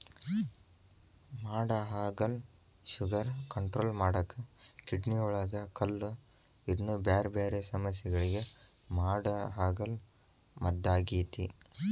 ಮಾಡಹಾಗಲ sugar control ಮಾಡಾಕ, ಕಿಡ್ನಿಯೊಳಗ ಕಲ್ಲು, ಇನ್ನೂ ಬ್ಯಾರ್ಬ್ಯಾರೇ ಸಮಸ್ಯಗಳಿಗೆ ಮಾಡಹಾಗಲ ಮದ್ದಾಗೇತಿ